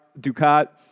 Ducat